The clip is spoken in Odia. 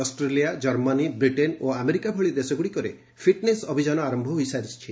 ଅଷ୍ଟ୍ରେଲିଆ କର୍ମାନୀ ବ୍ରିଟେନ୍ ଓ ଆମେରିକା ଭଳି ଦେଶଗୁଡ଼ିକରେ ଫିଟ୍ନେସ୍ ଅଭିଯାନ ଆରମ୍ଭ ହୋଇସାରିଛି